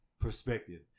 perspective